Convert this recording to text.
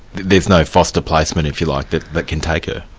there's no foster placement, if you like, that that can take her?